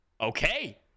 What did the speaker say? Okay